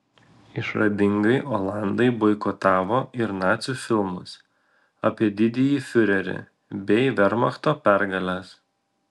išradingai olandai boikotavo ir nacių filmus apie didįjį fiurerį bei vermachto pergales